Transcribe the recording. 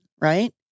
right